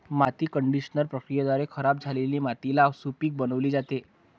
माती कंडिशनर प्रक्रियेद्वारे खराब झालेली मातीला सुपीक बनविली जाते